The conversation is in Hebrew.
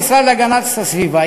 במשרד להגנת הסביבה,